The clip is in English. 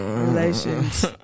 Relations